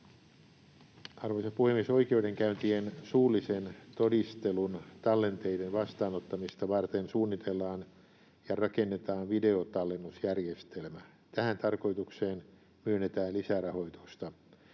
Arvoisa puhemies! Oikeudenkäyntien suullisen todistelun tallenteiden vastaanottamista varten suunnitellaan ja rakennetaan videotallennusjärjestelmä. Tähän tarkoitukseen myönnetään lisärahoitusta.